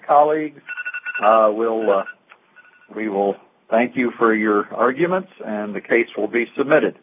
colleague will well we will thank you for your arguments and the case will be submitted